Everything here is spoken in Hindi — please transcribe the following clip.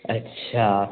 अच्छा